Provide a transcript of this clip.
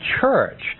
church